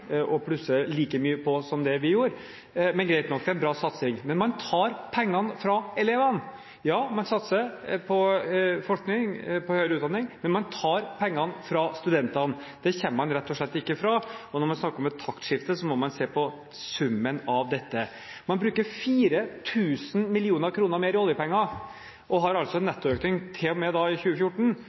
man plusser på med den andre. Og ja, man satser mer på etter- og videreutdanning av lærere. Nå begynte vi den opptrappingen med statstilskudd, så man har fortsatt en vei å gå for å plusse på like mye som vi gjorde. Men greit nok, det er en bra satsing. Men man tar pengene fra elevene. Ja, man satser på forskning, på høyere utdanning, men man tar pengene fra studentene. Det kommer man rett og slett ikke fra. Når man snakker om et taktskifte, må man se på